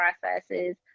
processes